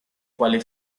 quale